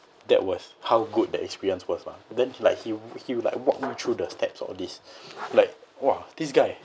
that was how good that experience was lah then like he would he would like walk me through the steps all this like !wah! this guy